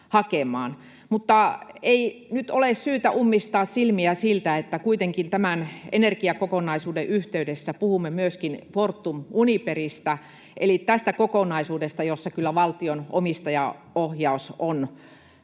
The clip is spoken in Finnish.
Mutta ei nyt ole syytä ummistaa silmiä siltä, että kuitenkin tämän energiakokonaisuuden yhteydessä puhumme myöskin Fortum-Uniperista eli tästä kokonaisuudesta, jossa kyllä valtion omistajaohjaus on